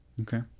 Okay